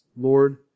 Lord